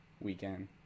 weekend